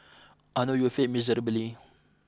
I know you failed miserably